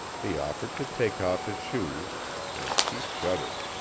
he offered to take off his shoes and she shuddered.